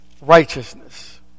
righteousness